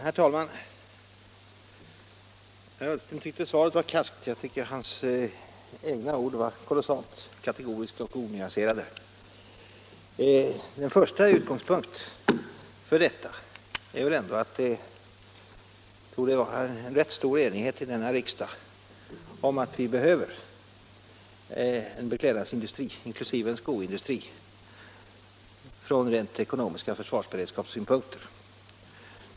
Herr talman! Herr Ullsten tyckte svaret var karskt. Jag tycker hans egna ord var kategoriska och onyanserade. Den första utgångspunkten är väl ändå att det torde råda en rätt stor enighet i denna riksdag om att vi behöver en beklädnadsindustri, inkl. en skoindustri, från rent ekonomiska synpunkter och försvarsberedskapssynpunkter.